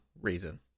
reason